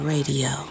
Radio